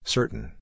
Certain